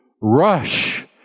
rush